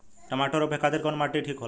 टमाटर रोपे खातीर कउन माटी ठीक होला?